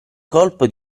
colpo